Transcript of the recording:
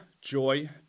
joy